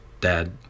Dad